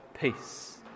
Peace